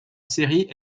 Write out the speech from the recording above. série